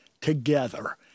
together